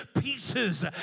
pieces